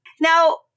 Now